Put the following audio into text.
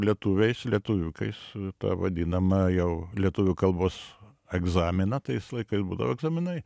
lietuviais lietuviukais tą vadinamą jau lietuvių kalbos egzaminą tais laikais būdavo egzaminai